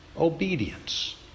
obedience